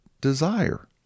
desire